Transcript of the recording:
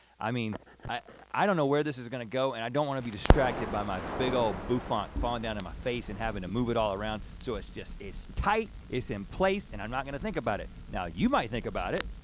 i mean i don't know where this is gonna go and i don't wanna be distracted by my big old bouffant falling down in my face and having to move it all around. so it's just, it's tight, it's in place and i'm not gonna think about it. now you might think about it.